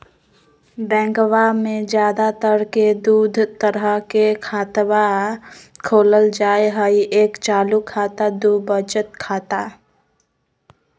बैंकवा मे ज्यादा तर के दूध तरह के खातवा खोलल जाय हई एक चालू खाता दू वचत खाता